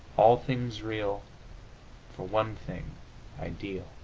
all things real for one thing ideal.